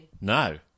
No